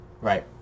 Right